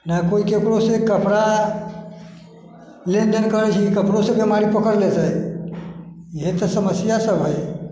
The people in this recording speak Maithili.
नहि केओ ककरोसँ कपड़ा लेनदेन करैत छै कि कपड़ोसँ बिमारी पकड़ लेतै इएह तऽ समस्या सभ हइ